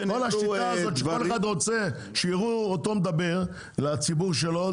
השיטה הזאת שכל אחד רוצה שיראו אותו מדבר לציבור שלו,